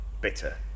bitter